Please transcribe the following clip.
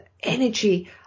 energy